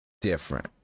different